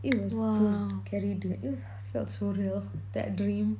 it was too scary dude it felt so real that dream